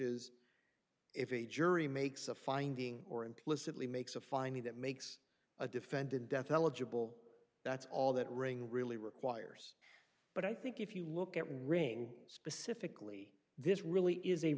is if a jury makes a finding or implicitly makes a finding that makes a defendant death eligible that's all that ring really requires but i think if you look at ring specifically this really is